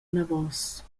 anavos